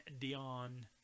Dion